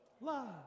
love